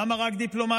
למה רק דיפלומטים?